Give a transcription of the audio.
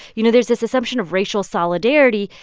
you know, there's this assumption of racial solidarity.